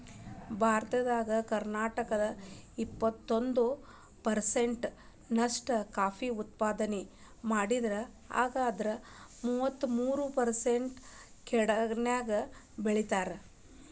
ಭಾರತದಾಗ ಕರ್ನಾಟಕ ಎಪ್ಪತ್ತೊಂದ್ ಪರ್ಸೆಂಟ್ ನಷ್ಟ ಕಾಫಿ ಉತ್ಪಾದನೆ ಮಾಡಿದ್ರ ಅದ್ರಾಗ ಮೂವತ್ಮೂರು ಪರ್ಸೆಂಟ್ ಕೊಡಗಿನ್ಯಾಗ್ ಬೆಳೇತಾರ